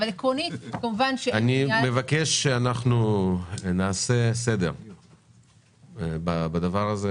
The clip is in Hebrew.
אני מבקש שנעשה סדר בדבר הזה.